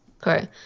correct